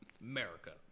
America